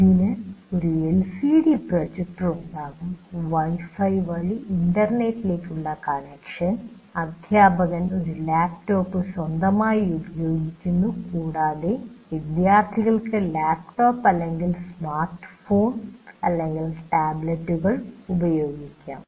ഇതിന് ഒരു LCD projector ഉണ്ടാകും വൈഫൈ വഴി ഇന്റർനെറ്റിലേക്കുള്ള കണക്ഷൻ അധ്യാപകൻ ഒരു ലാപ്ടോപ്പ് സ്വന്തമായി ഉപയോഗിക്കുന്നു കൂടാതെ വിദ്യാർത്ഥികൾക്ക് ലാപ്ടോപ്പ് അല്ലെങ്കിൽ സ്മാർട്ട് ഫോണുകൾ ടാബ്ലെറ്റുകൾ എന്നിവ ഉപയോഗിക്കാം